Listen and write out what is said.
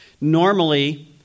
Normally